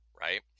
right